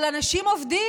אבל אנשים עובדים.